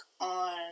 on